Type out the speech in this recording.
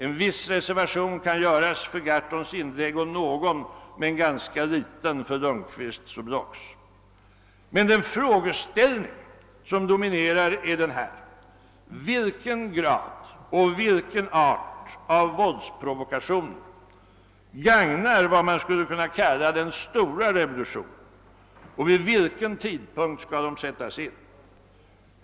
En viss reservation kan göras för Gahrtons inlägg och någon, men ganska liten, för Lundkvists och Blocks. Men den frågeställning som dominerar är denna: Vilken grad och vilken art av våldsprovokationer gagnar vad man skulle kalla den stora revolutionen och vid vilken tidpunkt skall de sättas in?